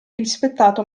rispettato